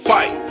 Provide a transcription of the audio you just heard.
Fight